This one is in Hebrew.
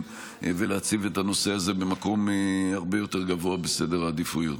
ולהציב את הנושא הזה במקום הרבה יותר גבוה בסדר העדיפויות.